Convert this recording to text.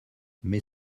mais